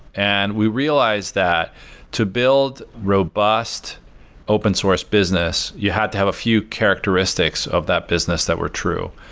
and we realized that to build robust open source business, you had to have a few characteristics of that business that were true.